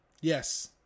Yes